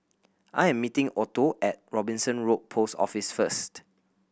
I am meeting Otto at Robinson Road Post Office first